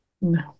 No